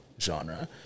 genre